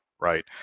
right